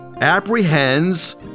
apprehends